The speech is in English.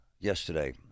yesterday